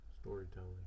storytelling